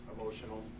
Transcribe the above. emotional